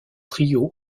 trio